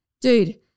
dude